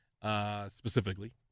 specifically